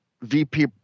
VP